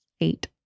eight